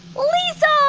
liesel